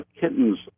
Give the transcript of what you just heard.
kittens